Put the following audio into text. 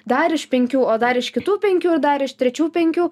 dar iš penkių o dar iš kitų penkių ir dar iš trečių penkių